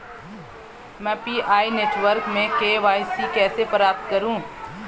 मैं Pi network में KYC कैसे प्राप्त करूँ?